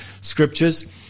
scriptures